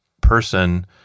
person